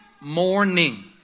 morning